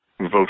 vote